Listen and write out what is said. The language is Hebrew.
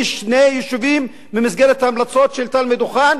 שני יישובים ממסגרת ההמלצות של תלמה דוכן,